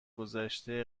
گذشته